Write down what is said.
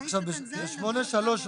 סעיף קטן (ז) זה --- עכשיו, ב-8(3),